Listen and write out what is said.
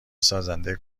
سازنده